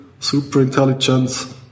superintelligence